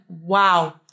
Wow